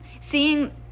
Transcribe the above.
Seeing